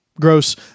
gross